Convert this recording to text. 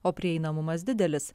o prieinamumas didelis